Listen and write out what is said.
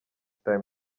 times